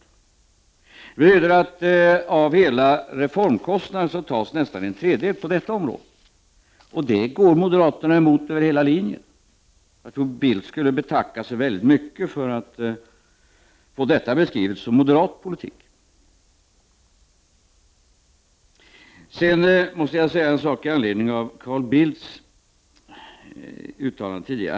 Av hela kostnaden för reformen tas nästan en tredjedel från detta område, och detta går moderaterna emot över hela linjen. Jag tror att Bildt skulle betacka sig för att få detta beskrivet som moderat politik. Jag måste också säga något med anledning av Carl Bildts uttalanden tidigare.